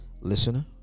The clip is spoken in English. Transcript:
listener